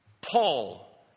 Paul